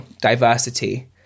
diversity